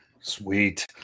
Sweet